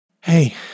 Hey